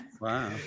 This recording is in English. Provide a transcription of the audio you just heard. Wow